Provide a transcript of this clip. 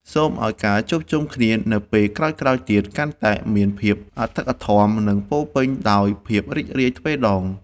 សូមឱ្យការជួបជុំគ្នានៅពេលក្រោយៗទៀតកាន់តែមានភាពអធិកអធម និងពោរពេញដោយភាពរីករាយទ្វេដង។